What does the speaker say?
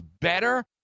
better